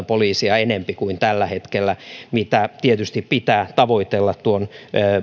poliisia enempi kuin tällä hetkellä mitä tietysti pitää tavoitella tuon